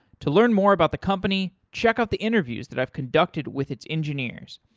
to learn more about the company, check out the interviews that i've conducted with its engineers.